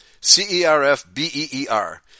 C-E-R-F-B-E-E-R